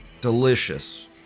Delicious